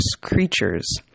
creatures